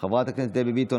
חברת הכנסת דבי ביטון,